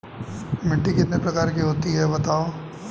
मिट्टी कितने प्रकार की होती हैं बताओ?